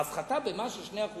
ההפחתה במס של 2%